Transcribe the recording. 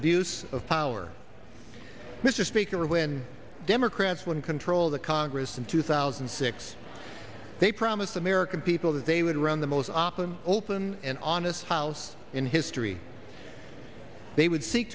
abuse of power mr speaker when democrats win control of the congress in two thousand and six they promised the american people that they would run the most often open and honest house in history they would seek